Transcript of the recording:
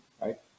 right